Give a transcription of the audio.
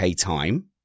time